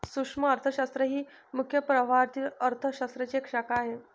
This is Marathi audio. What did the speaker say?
सूक्ष्म अर्थशास्त्र ही मुख्य प्रवाहातील अर्थ शास्त्राची एक शाखा आहे